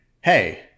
hey